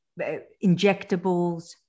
injectables